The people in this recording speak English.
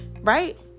Right